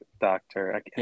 doctor